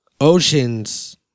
oceans